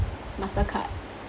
mastercard